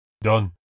Done